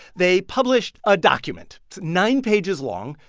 they published a document. it's nine pages long.